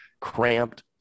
cramped